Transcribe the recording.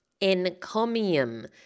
Encomium